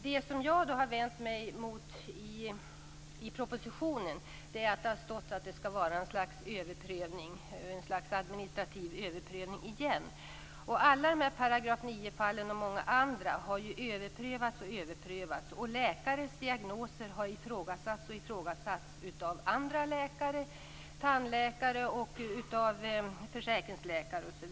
Det som jag har vänt mig mot i propositionen är att det står att det skall ske något slags administrativ överprövning igen. Alla dessa s.k. § 9-fallen och många andra har ju överprövats och överprövats. Och läkares diagnoser har ifrågasatts och ifrågasatts av andra läkare, tandläkare och försäkringsläkare.